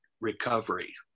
recovery